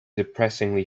depressingly